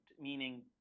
meaning